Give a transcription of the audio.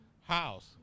house